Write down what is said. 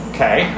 Okay